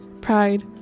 pride